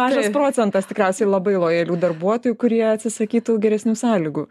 mažas procentas tikriausiai labai lojalių darbuotojų kurie atsisakytų geresnių sąlygų